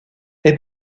est